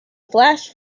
flash